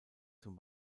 zum